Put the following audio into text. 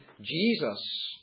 Jesus